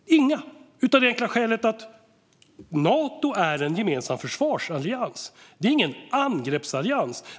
Inga, av det enkla skälet att Nato är en gemensam försvarsallians. Det är ingen angreppsallians.